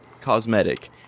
cosmetic